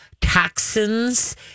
toxins